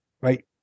right